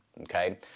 okay